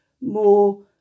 more